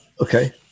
Okay